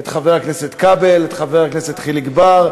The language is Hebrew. את חבר הכנסת כבל ואת חבר הכנסת חיליק בר.